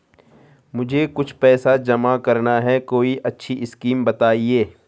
मुझे कुछ पैसा जमा करना है कोई अच्छी स्कीम बताइये?